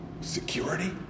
security